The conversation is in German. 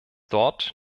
dort